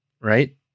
right